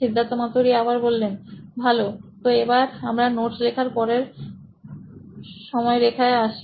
সিদ্ধার্থ মাতু রি সি ই ও নোইন ইলেক্ট্রনিক্স ভালো তো এবার আমরা নোটস লেখার পরের সাময়রেখায় আসি